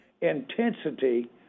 Intensity